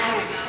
לא כלום.